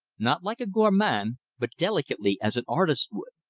not like a gormand, but delicately as an artist would.